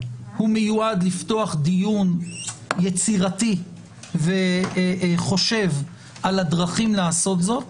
הוא מיועד לפתוח דיון יצירתי וחושב על הדרכים לעשות זאת,